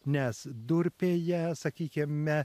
nes durpėje sakykime